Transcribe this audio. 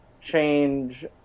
change